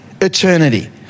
eternity